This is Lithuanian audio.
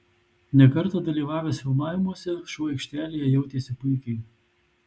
ne kartą dalyvavęs filmavimuose šuo aikštelėje jautėsi puikiai